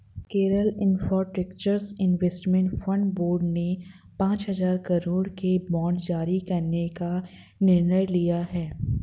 Kerala infrastructure investment fund board ने पांच हजार करोड़ के बांड जारी करने का निर्णय लिया